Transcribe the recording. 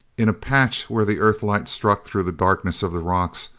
in a patch where the earthlight struck through the darkness of the rocks,